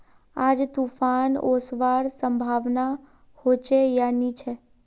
आज तूफ़ान ओसवार संभावना होचे या नी छे?